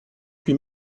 huit